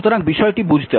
সুতরাং বিষয়টি বুঝতে হবে